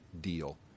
deal